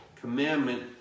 commandment